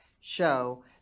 show